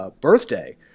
birthday